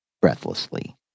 breathlessly